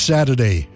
Saturday